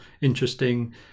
interesting